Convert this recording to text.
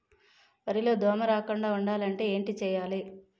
వరిలో దోమ రాకుండ ఉండాలంటే ఏంటి చేయాలి?